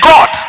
God